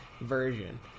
version